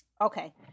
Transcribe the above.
okay